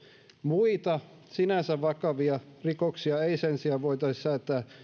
muita sinänsä vakavia rikoksia ei sen sijaan voitaisi säätää